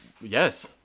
yes